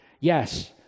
Yes